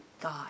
God